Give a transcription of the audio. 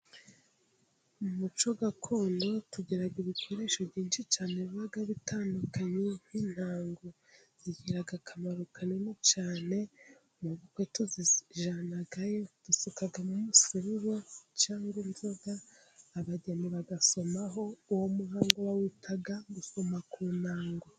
Mu muco gakondo tugira ibikoresho byinshi cyane biba bitandukanye nk'intango zigira akamaro kanini cyane mu bukwe ,tuzijyanayo dusukamo umusururu cyangwa inzoga, abageni bagasomaho uwo muhango bawita gusoma ku ntango.